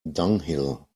dunghill